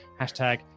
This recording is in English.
Hashtag